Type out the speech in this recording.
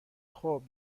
خوب